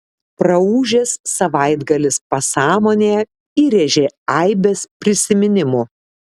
praūžęs savaitgalis pasąmonėje įrėžė aibes prisiminimų